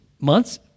months